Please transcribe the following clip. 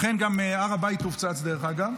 לכן גם הר הבית הופצץ, דרך אגב.